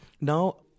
now